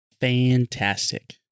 Fantastic